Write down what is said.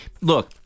look